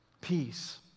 Peace